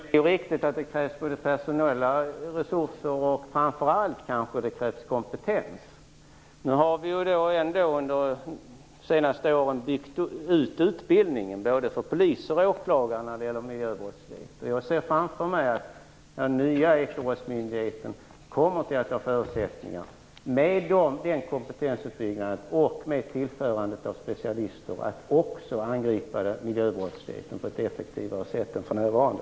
Herr talman! Det är riktigt att det krävs personella resurser. Framför allt kanske det krävs kompetens. Under de senaste åren har ändå utbildningen när det gäller miljöbrottslighet byggts ut för både poliser och åklagare. Jag ser framför mig att den nya ekobrottsmyndigheten kommer att ha förutsättningar att med kompetensutbyggnaden och med tillförandet av specialister också angripa miljöbrottsligheten på ett effektivare sätt än för närvarande.